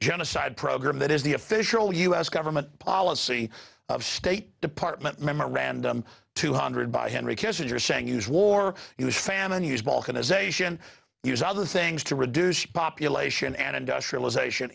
genocide program that is the official u s government policy of state department memorandum two hundred by henry kissinger saying use war use famine use balkanization use other things to reduce population and industrialization